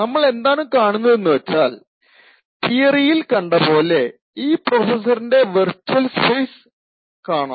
നമ്മൾ എന്താണ് കാണുന്നതെന്ന് വച്ചാൽ തിയറിയിൽ കണ്ട പോലെ ഈ പ്രോസസ്സിന്റെ വിർച്വൽ സ്പേസ് കാണാം